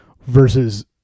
versus